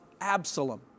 Absalom